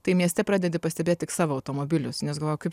tai mieste pradedi pastebėt tik savo automobilius nes galvoji kaip